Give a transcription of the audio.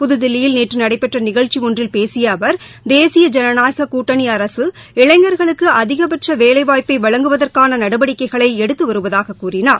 புதுதில்லியில் நேற்று நடைபெற்ற நிகழ்ச்சி ஒன்றில் பேசிய அவர் தேசிய ஜனநாயக கூட்டணி அரசு இளைஞர்களுக்கு அதிகபட்ச வேலைவாய்ப்பை வழங்குவதற்கான நடவடிக்கைகளை எடுத்து வருவதாகக் கூறினார்